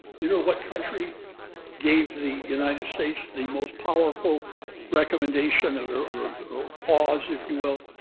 you know what country gave the united states the most powerful recommendation, or applause if you will,